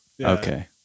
Okay